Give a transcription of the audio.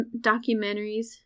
documentaries